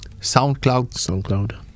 SoundCloud